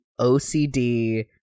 OCD